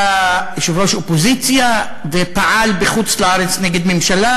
היה יושב-ראש אופוזיציה ופעל בחוץ-לארץ נגד ממשלה?